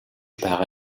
байгаа